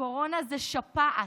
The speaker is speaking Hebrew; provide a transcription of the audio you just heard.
הקורונה זה שפעת.